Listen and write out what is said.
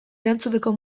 erantzuteko